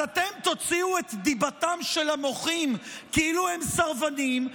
אז אתם תוציאו את דיבתם של המוחים כאילו הם סרבנים,